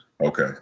Okay